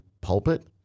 pulpit